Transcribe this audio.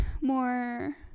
more